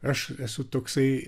aš esu toksai